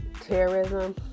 terrorism